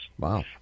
Wow